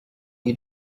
you